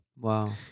Wow